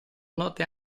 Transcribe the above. note